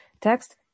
text